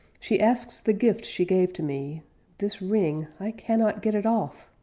she asks the gift she gave to me this ring i cannot get it off